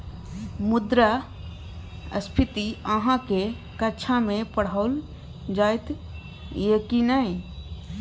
मुद्रास्फीति अहाँक कक्षामे पढ़ाओल जाइत यै की नै?